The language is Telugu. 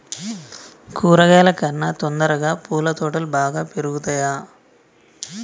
కూరగాయల కన్నా తొందరగా పూల తోటలు బాగా పెరుగుతయా?